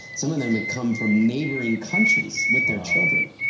some of them had come from neighboring countries with their children.